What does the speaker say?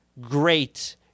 great